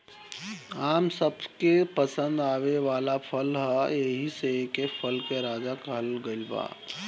आम सबके पसंद आवे वाला फल ह एही से एके फल के राजा कहल गइल बा